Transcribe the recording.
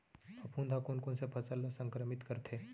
फफूंद ह कोन कोन से फसल ल संक्रमित करथे?